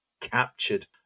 captured